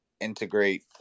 integrate